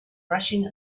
rushing